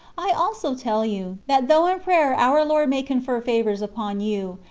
i also tell you, that though in prayer our lord may confer favours upon you,